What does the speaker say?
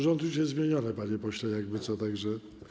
Rząd już jest zmieniony, panie pośle, jakby co, tak że.